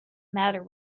matter